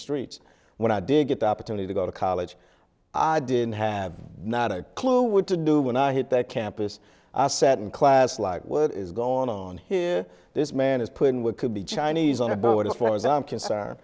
streets when i dig it up to me to go to college i didn't have not a clue what to do when i hit that campus i sat in class like what is going on here this man is put in with could be chinese on a boat as far as i'm concerned